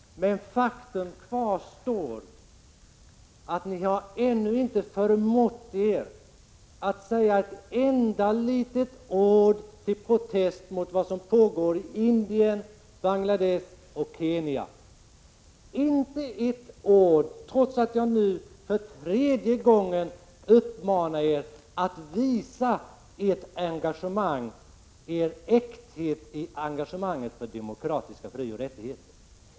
Men faktum kvarstår att ni ännu inte har förmått att säga ett enda litet ord av protest mot vad som pågår i Indien, Bangladesh och Kenya - inte ett ord, trots att jag nu för tredje gången uppmanar er att visa äktheten i ert engagemang för demokratiska frioch rättigheter.